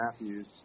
Matthews